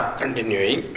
continuing